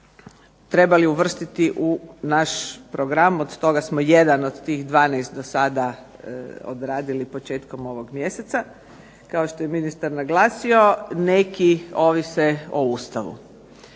trebali uvrstiti u naš program. Od toga smo jedan od tih 12 do sada odradili početkom ovog mjeseca. Kao što je ministar naglasio neki ovise o Ustavu.